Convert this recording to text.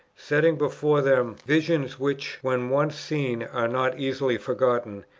setting before them visions, which, when once seen, are not easily forgotten,